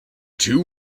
two